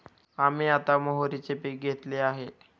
आम्ही आता मोहरीचे पीक घेतले आहे